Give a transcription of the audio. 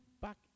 back